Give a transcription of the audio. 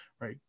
right